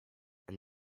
and